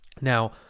Now